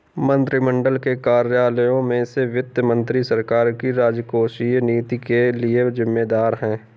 मंत्रिमंडल के कार्यालयों में से वित्त मंत्री सरकार की राजकोषीय नीति के लिए जिम्मेदार है